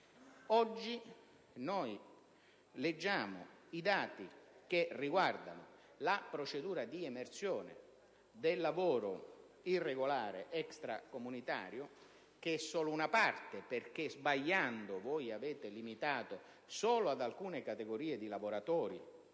Oggi, noi leggiamo che dai dati che riguardano la procedura di emersione del lavoro irregolare extracomunitario - parziali, perché, sbagliando, voi avete consentito solo ad alcune categorie di lavoratori